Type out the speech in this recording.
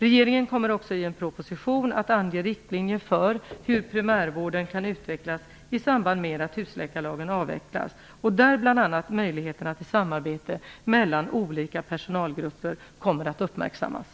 Regeringen kommer också i en proposition att ange riktlinjer för hur primärvården kan utvecklas i samband med att husläkarlagen avvecklas, där bl.a. möjligheterna till samarbete mellan olika personalgrupper kommer att uppmärksammas.